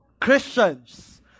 Christians